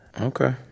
Okay